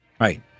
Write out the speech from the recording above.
Right